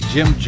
Jim